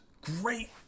Great